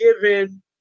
given